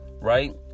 right